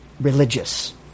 religious